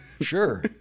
sure